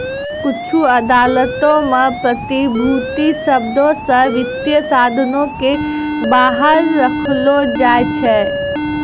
कुछु अदालतो मे प्रतिभूति शब्दो से वित्तीय साधनो के बाहर रखलो जाय छै